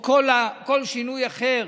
או כל שינוי אחר